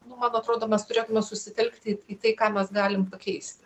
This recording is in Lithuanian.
nu man atrodo mes turėjome susitelkti į tai ką mes galim pakeisti